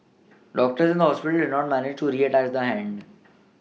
doctors at the hospital did not manage to reattach the hand